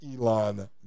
Elon